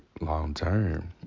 long-term